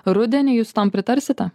rudenį jūs tam pritarsite